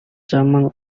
llaman